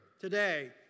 today